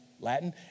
Latin